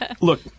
Look